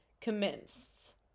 commenced